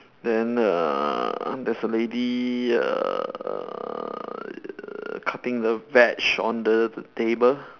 then uh there's a lady err cutting the veg on the table